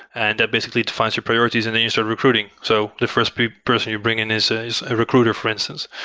and that basically defines your priorities, and then you start recruiting. so the first person you bring in is is a recruiter for instance,